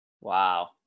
Wow